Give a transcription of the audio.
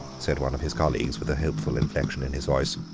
said one of his colleagues, with a hopeful inflection in his voice.